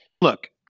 Look